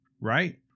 Right